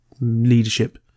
leadership